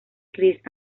kris